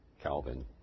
Calvin